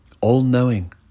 All-knowing